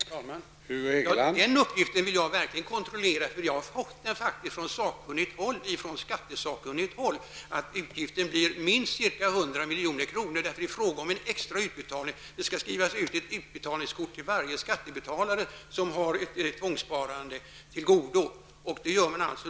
Herr talman! Den uppgiften vill jag verkligen kontrollera. Jag har faktiskt från skattesakkunnigt håll fått uppgiften att utgiften blir minst 100 milj.kr. Det är nämligen fråga om en extra utbetalning, och det skall skrivas ut ett utbetalningskort till varje skattebetalare som har ett tvångssparande till godo.